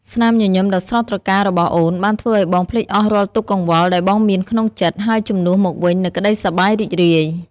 ស្នាមញញឹមដ៏ស្រស់ត្រកាលរបស់អូន បានធ្វើឱ្យបងភ្លេចអស់រាល់ទុក្ខកង្វល់ដែលបងមានក្នុងចិត្ត ហើយជំនួសមកវិញនូវក្តីសប្បាយរីករាយ។